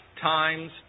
times